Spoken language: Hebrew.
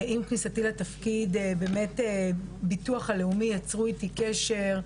עם כניסתי לתפקיד באמת ביטוח הלאומי יצרו איתי קשר,